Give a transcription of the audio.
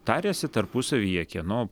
tariasi tarpusavyje kieno